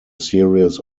series